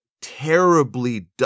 terribly